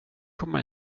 komma